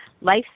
Life